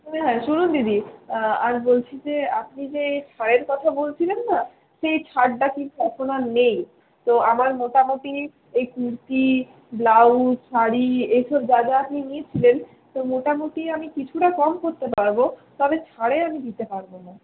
হ্যাঁ শুনুন দিদি আর বলছি যে আপনি যে ছাড়ের কথা বলছিলেন না সেই ছাড়টা কিন্তু এখন আর নেই তো আমার মোটামুটি এই কুর্তি ব্লাউজ শাড়ি এসব যা যা আপনি নিয়েছিলেন তো মোটামুটি আমি কিছুটা কম করতে পারবো তবে ছাড়ে আমি দিতে পারবো না